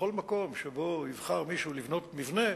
שבכל מקום שבו יבחר מישהו לבנות מבנה